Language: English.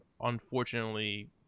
unfortunately